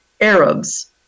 Arabs